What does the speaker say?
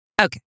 Okay